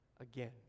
again